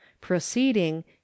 proceeding